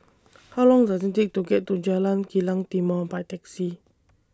How Long Does IT Take to get to Jalan Kilang Timor By Taxi